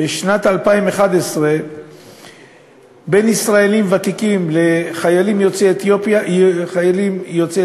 בשנת 2011 בין ישראלים ותיקים לחיילים יוצאי אתיופיה הפער